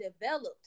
developed